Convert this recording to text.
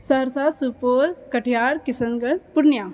Saharsa Supaul Katihar Kishanganj Purnia